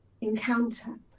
encounter